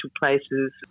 places